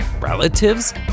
relatives